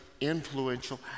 influential